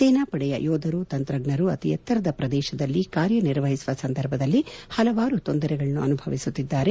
ಸೇನಾಪಡೆಯ ಯೋಧರು ತಂತ್ರಜ್ಞರು ಅತಿ ಎತ್ತರದ ಪ್ರದೇಶದಲ್ಲಿ ಕಾರ್ಯ ನಿರ್ವಹಿಸುವ ಸಂದರ್ಭದಲ್ಲಿ ಹಲವಾರು ತೊಂದರೆಗಳನ್ನು ಅನುಭವಿಸುತ್ತಿದ್ದಾರೆ